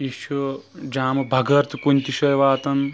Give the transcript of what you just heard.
یہِ چھُ جامہٕ بغٲر تہِ کُنہِ تہِ جایہِ واتان